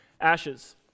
ashes